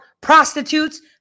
prostitutes